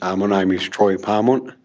um name is troy parmount.